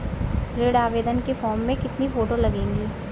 ऋण आवेदन के फॉर्म में कितनी फोटो लगेंगी?